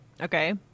Okay